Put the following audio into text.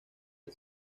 del